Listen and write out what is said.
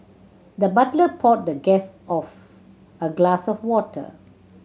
the butler poured the guest of a glass of water